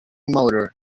motor